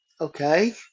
Okay